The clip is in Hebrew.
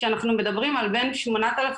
כשאנחנו מדברים על בין 8,000-13,000